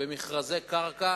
במכרזי קרקע